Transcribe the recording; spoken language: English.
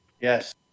Yes